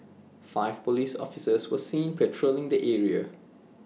five Police officers were seen patrolling the area